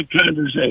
conversation